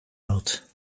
out